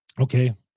Okay